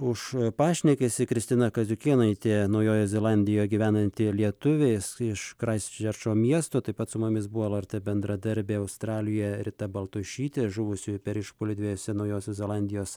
už pašnekesį kristina kaziukėnaitė naujojoje zelandijoje gyvenanti lietuvė iš kraisčerčo miesto taip pat su mumis buvo lrt bendradarbė australijoje rita baltušytė žuvusiųjų per išpuolį dviejose naujosios zelandijos